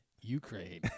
Ukraine